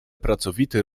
pracowity